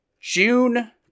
June